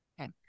Okay